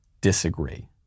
disagree